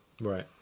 right